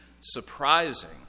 surprising